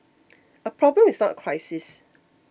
a problem is not a crisis